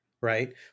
right